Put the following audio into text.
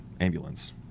ambulance